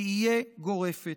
תהיה גורפת.